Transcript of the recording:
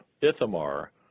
Ithamar